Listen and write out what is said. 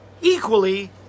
equally